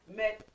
met